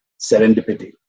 serendipity